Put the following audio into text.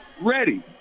ready